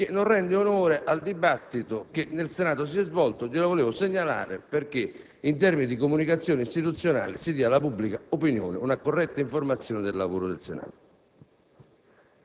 che non rende onore al dibattito che si è svolto in Senato. Desideravo segnalarlo perché in termini di comunicazione istituzionale si dia alla pubblica opinione una corretta informazione del lavoro di questo